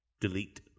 delete